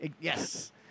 Yes